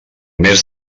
mes